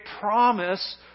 promise